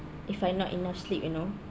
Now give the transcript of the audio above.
if I not enough sleep you know